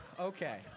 okay